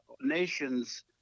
nations